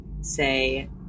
say